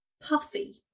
puffy